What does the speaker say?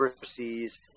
overseas